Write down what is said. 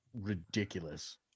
ridiculous